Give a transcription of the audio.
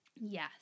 Yes